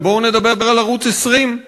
אבל בואו נדבר על ערוץ 20,